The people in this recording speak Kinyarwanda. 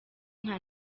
nka